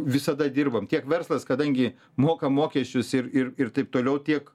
visada dirbom tiek verslas kadangi moka mokesčius ir ir ir taip toliau tiek